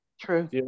True